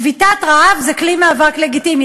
שביתת רעב היא כלי מאבק לגיטימי.